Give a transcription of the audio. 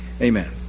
Amen